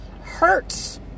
hurts